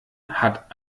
hat